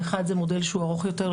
אחד זה מודל שהוא ארוך יותר,